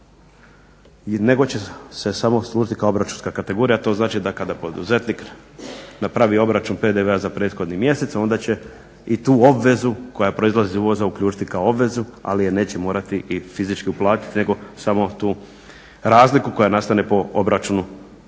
nego će se samo služiti kao obračunska kategorija a to znači da kada poduzetnik napravi obračun PDV-a za prethodni mjesec onda će i tu obvezu koja proizlazi iz uvoza uključiti kao obavezu ali je neće morati i fizički uplatiti nego samo tu razliku koja nastane po obračunu,